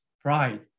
pride